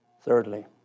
Thirdly